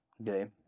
Okay